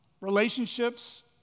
relationships